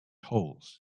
holes